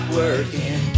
working